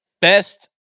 best